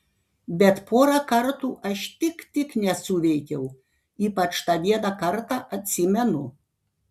bet porą kartų aš tik tik nesuveikiau ypač tą vieną kartą atsimenu